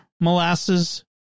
molasses